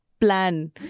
plan